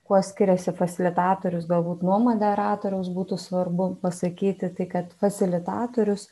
kuo skiriasi fasilitatorius galbūt nuo moderatoriaus būtų svarbu pasakyti tai kad fasilitatorius